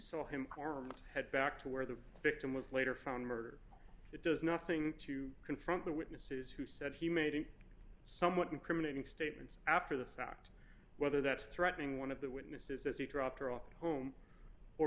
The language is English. saw him car head back to where the victim was later found murdered it does nothing to confront the witnesses who said he made a somewhat incriminating statements after the fact whether that's threatening one of the witnesses as he dropped her off at home or